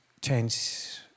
change